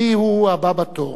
מיהו הבא בתור?